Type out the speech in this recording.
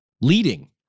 leading